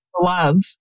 love